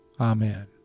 Amen